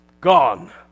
gone